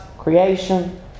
creation